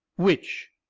which?